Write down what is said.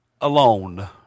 alone